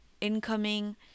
incoming